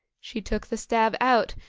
she took the stab out,